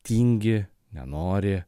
tingi nenori